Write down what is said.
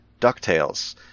DuckTales